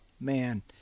man